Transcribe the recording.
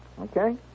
okay